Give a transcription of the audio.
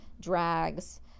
drags